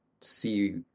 see